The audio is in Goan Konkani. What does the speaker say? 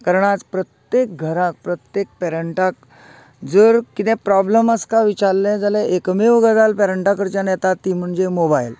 कारण आज प्रत्येक घराक प्रत्येक पेरन्टाक जर कितें प्रोब्लम आसा कांय विचारलें जाल्यार एकमेव गजाल पेरन्टाकडच्यान येता ती म्हणजे मोबायल